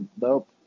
Nope